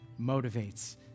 motivates